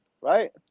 right